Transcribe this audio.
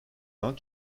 not